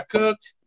cooked